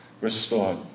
restored